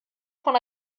von